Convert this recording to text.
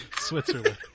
Switzerland